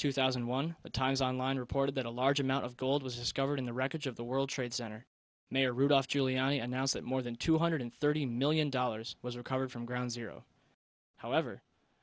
two thousand and one times online reported that a large amount of gold was discovered in the wreckage of the world trade center mayor rudolph giuliani announced that more than two hundred thirty million dollars was recovered from ground zero however